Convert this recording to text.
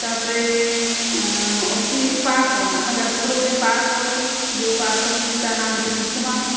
ତା'ପରେ ଅଛି ପାର୍କ ଆମ ଯାଜପୁରରେ ଗୋଟେ ପାର୍କ ଅଛି ଯେଉଁ ପାର୍କ କି ତା ନାଁ ହେଉଛି କୁସୁମା